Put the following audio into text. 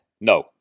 no